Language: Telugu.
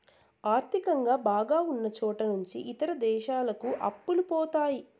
ఆర్థికంగా బాగా ఉన్నచోట నుంచి ఇతర దేశాలకు అప్పులు పోతాయి